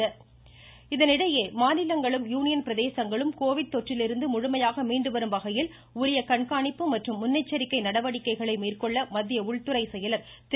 அஜய் பல்லா இதனிடையே மாநிலங்களும் யூனியன் பிரதேசங்களும் கோவிட் தொற்றிலிருந்து முழுமையாக மீண்டு வரும் வகையில் உரிய கண்காணிப்பு மற்றும் முன்னெச்சரிக்கை மேற்கொள்ள மத்திய உள்துறை செயலர் திரு